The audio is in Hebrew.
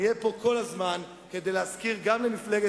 נהיה פה כל הזמן כדי להזכיר גם למפלגת